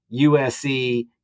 USC